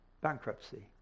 bankruptcy